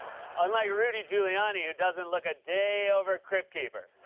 unlike rudy giuliani who doesn't look a day over crypt-keeper.